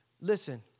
Listen